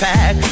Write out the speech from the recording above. Pack